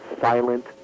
silent